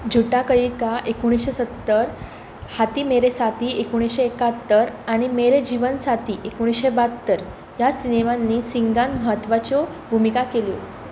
झुटा कहिका एकुणिशें सत्तर हाथी मेरे साथी एकुणिशें एकात्तर आनी मेरे जीवन साथी एकुणिशें बात्तर ह्या सिनेमांनी सिंगान म्हत्वाच्यो भुमिका केल्यो